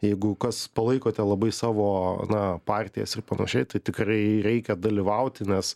jeigu kas palaikote labai savo na partijas ir panašiai tai tikrai reikia dalyvauti nes